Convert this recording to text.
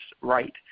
right